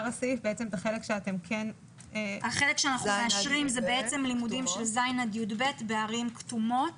החלק שאנחנו מאשרים הוא בעצם לימודים של כיתות ז' עד י"ב בערים כתומות